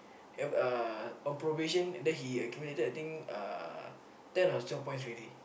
have uh on probation then he accumulated I think uh ten or twelve points already